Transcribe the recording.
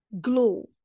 glow